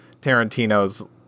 Tarantino's